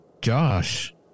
Josh